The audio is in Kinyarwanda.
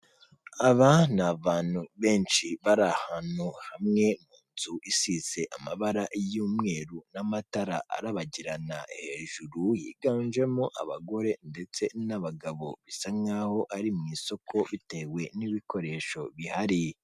Aba ni abantu benshi bari ahantu hamwe mu nzu isize amabara y'umweru n'amatara arabagirana hejuru, yiganjemo abagore ndetse n'abagabo bisa nk'aho ari mu isoko bitewe n'ibikoresho bihari.